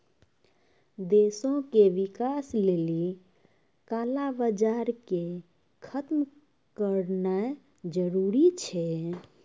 देशो के विकास लेली काला बजार के खतम करनाय जरूरी छै